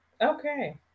Okay